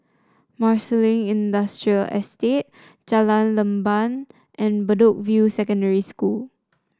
Marsiling Industrial Estate Jalan Leban and Bedok View Secondary School